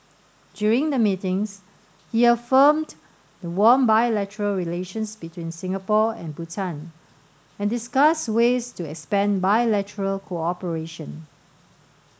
during the meetings he affirmed the warm bilateral relations between Singapore and Bhutan and discussed ways to expand bilateral cooperation